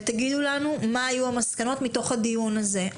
ותגידו לנו מה היו המסקנות מתוך הדיון הזה,